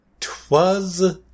twas